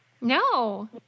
No